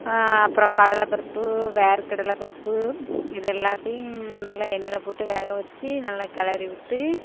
அப்புறோம் கடலைப்பருப்பு வேர்கடலைப்பருப்பு இதை எல்லாத்தையும் நல்லா எண்ணெயில் போட்டு வேக வெச்சு நல்லா கிளறி விட்டு